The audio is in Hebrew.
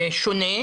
שונה,